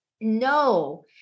no